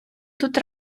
тут